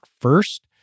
first